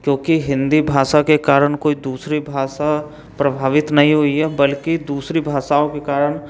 क्योंकि हिंदी भाषा के कारण कोई दूसरी भाषा प्रभावित नहीं हुई है बल्कि दूसरी भाषाओं के कारण